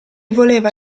voleva